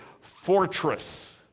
fortress